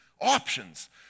options